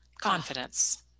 Confidence